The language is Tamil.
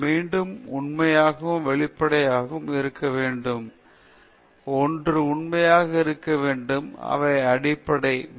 மீண்டும் உண்மையாகவும் வெளிப்படையாகவும் இருக்க வேண்டும் ஒன்று உண்மையாய் இருக்க வேண்டும் இவை அடிப்படை மிகவும் அடிப்படை நெறிமுறை மதிப்புகள்